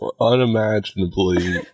unimaginably